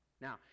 Now